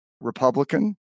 Republican